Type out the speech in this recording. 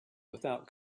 without